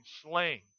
slain